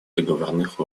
договорных